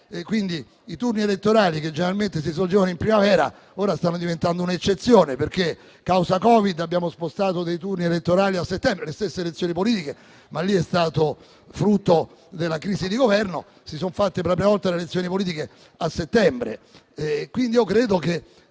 Quindi i turni elettorali, che generalmente si svolgevano in primavera, ora stanno diventando un'eccezione, perché a causa del Covid abbiamo spostato dei turni elettorali a settembre e le stesse elezioni politiche - ma lì è stato frutto della crisi di Governo - si sono svolte per la prima volta a settembre. Quindi credo che